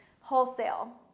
wholesale